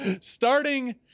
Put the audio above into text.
Starting